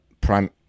prime